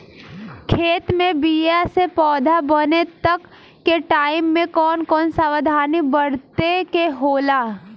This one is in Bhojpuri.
खेत मे बीया से पौधा बने तक के टाइम मे कौन कौन सावधानी बरते के होला?